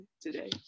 today